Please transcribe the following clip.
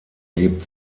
lebt